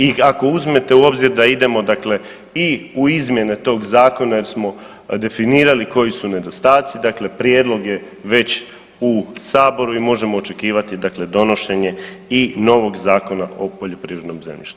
I ako uzmete u obzir da idemo dakle i u izmjene tog zakona jer smo definirali koji su nedostaci, dakle prijedlog je već u saboru i možemo očekivati dakle donošenje i novog Zakona o poljoprivrednom zemljištu.